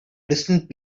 distant